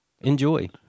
Enjoy